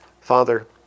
father